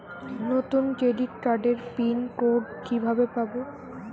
নতুন ক্রেডিট কার্ডের pin code কিভাবে পাব?